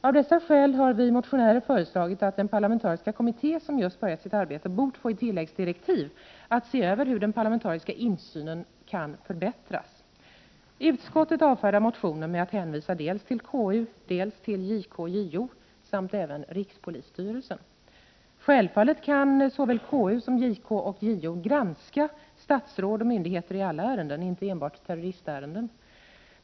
Av dessa skäl har vi motionärer föreslagit att den parlamentariska kommitté som just börjat sitt arbete skulle få i tilläggsdirektiv att se över hur den parlamentariska insynen kan förbättras. Utskottet avfärdar motionen med att hänvisa dels till KU, dels till JK och JO samt även till rikspolisstyrelsen. Sjävfallet kan såväl KU som JK och JO granska statsråd och myndigheter i alla ärenden, inte enbart terroristärenden.